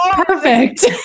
perfect